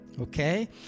okay